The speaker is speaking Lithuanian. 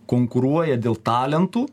konkuruoja dėl talentų